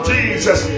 Jesus